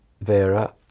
Vera